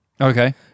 Okay